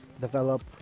develop